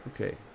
Okay